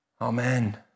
Amen